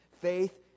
Faith